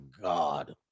God